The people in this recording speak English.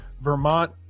vermont